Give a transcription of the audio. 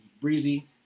Breezy